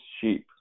sheep